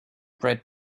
bred